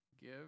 Give